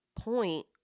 point